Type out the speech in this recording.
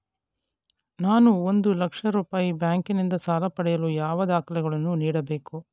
ನಾನು ಒಂದು ಲಕ್ಷ ರೂಪಾಯಿ ಬ್ಯಾಂಕಿನಿಂದ ಸಾಲ ಪಡೆಯಲು ಯಾವ ದಾಖಲೆಗಳನ್ನು ನೀಡಬೇಕು?